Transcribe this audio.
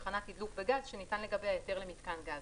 בתחנת תדלוק בגז שניתן לגביה היתר למיתקן גז,